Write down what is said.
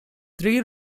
three